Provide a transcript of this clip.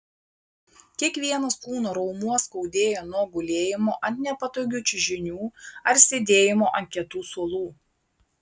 kiekvienas kūno raumuo skaudėjo nuo gulėjimo ant nepatogių čiužinių ar sėdėjimo ant kietų suolų